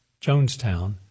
Jonestown